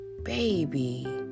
Baby